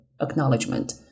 acknowledgement